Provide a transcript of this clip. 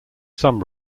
some